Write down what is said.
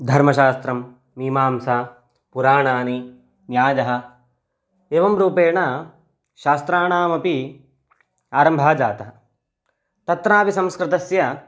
धर्मशास्त्रं मीमांसा पुराणानि न्यायः एवं रूपेण शास्त्राणामपि आरम्भः जातः तत्रापि संस्कृतस्य